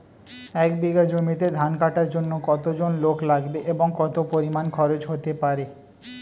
এক বিঘা জমিতে ধান কাটার জন্য কতজন লোক লাগবে এবং কত পরিমান খরচ হতে পারে?